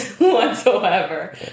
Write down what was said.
whatsoever